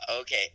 Okay